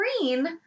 green